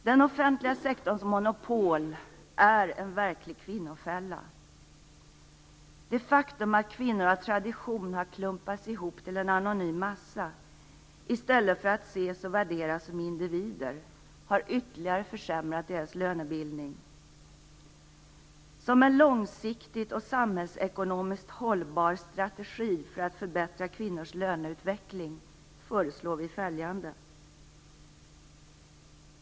Den offentliga sektorns monopol är en verklig kvinnofälla. Det faktum att kvinnor av tradition har klumpats ihop till en anonym massa i stället för att ses och värderas som individer har ytterligare försämrat deras lönebildning. Som en långsiktigt och samhällsekonomiskt hållbar strategi för att förbättra kvinnors löneutveckling föreslår vi följande.